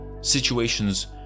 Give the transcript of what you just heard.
Situations